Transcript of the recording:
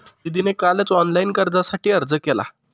दीदीने कालच ऑनलाइन गृहकर्जासाठी अर्ज केला